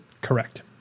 correct